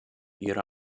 ihre